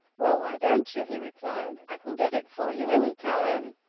well, why don't you? he replied. i can get it for you any time.